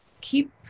keep